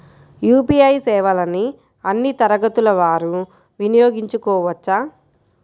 UPI సేవలని అన్నీ తరగతుల వారు వినయోగించుకోవచ్చా?